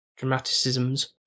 dramaticisms